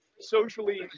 socially